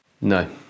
no